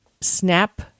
Snap